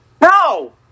no